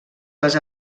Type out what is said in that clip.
les